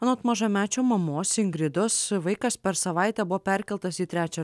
anot mažamečio mamos ingridos vaikas per savaitę buvo perkeltas į trečią